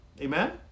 Amen